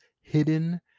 hidden